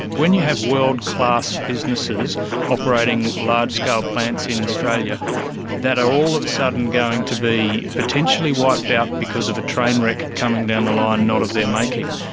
when you have world-class businesses operating large-scale plants in australia that are all of a sudden going to be potentially wiped out because of a train wreck coming down the line, not of their making,